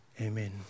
amen